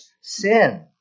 sin